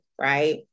right